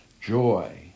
joy